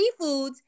seafoods